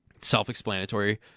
Self-explanatory